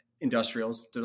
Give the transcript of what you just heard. industrials